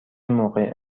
موقع